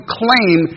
claim